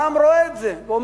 העם רואה את זה ואומר,